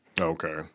Okay